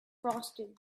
frosted